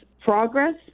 progress